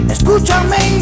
Escúchame